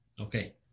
Okay